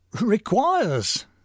requires